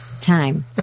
time